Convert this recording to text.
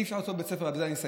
אי-אפשר לעשות, אסיים.